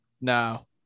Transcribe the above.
No